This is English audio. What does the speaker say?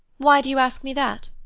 why do you ask me that?